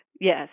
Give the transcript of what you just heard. Yes